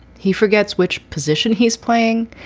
he forgets which position he is playing.